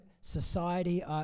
society